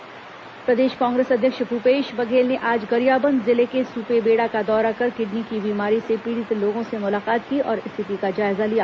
भूपेश बघेल सुपेबेड़ा प्रदेश कांग्रेस अध्यक्ष भूपेश बघेल ने आज गरियाबंद जिले के सुपेबेड़ा का दौरा कर किडनी की बीमारी से पीड़ित लोगों से मुलाकात की और स्थिति का जायजा लिया